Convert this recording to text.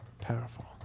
Powerful